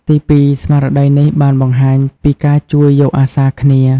ទីពីរ ស្មារតីនេះបានបង្ហាញពី ការជួយយកអាសាគ្នា។